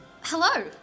hello